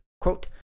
Quote